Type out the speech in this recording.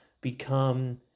Become